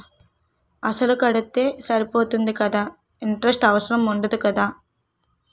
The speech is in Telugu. అసలు కడితే సరిపోతుంది కదా ఇంటరెస్ట్ అవసరం ఉండదు కదా?